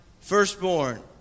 firstborn